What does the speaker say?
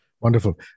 Wonderful